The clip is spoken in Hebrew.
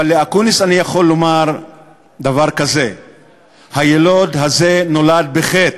אבל לאקוניס אני יכול לומר דבר כזה: היילוד הזה נולד בחטא,